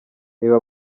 reba